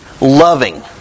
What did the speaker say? loving